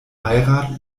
heirat